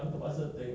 panel kecoh